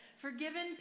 Forgiven